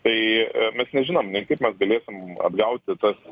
tai mes nežinom nei kaip mes galėsim atgauti tas